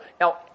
Now